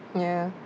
ya